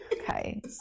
Okay